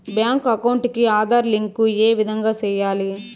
Bank account కి Aadhaar link ఏ విధంగా సెయ్యాలి?